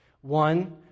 One